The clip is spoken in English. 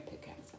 pickaxe